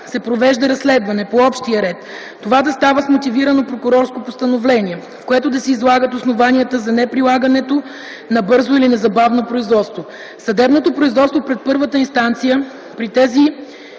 се провежда разследване по общия ред, това да става с мотивирано прокурорско постановление, в което да се излагат основанията за неприлагането на бързо или незабавно производство; съдебното производство пред първата инстанция при тези